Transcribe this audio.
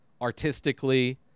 artistically